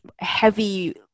heavy